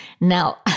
Now